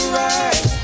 right